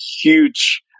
huge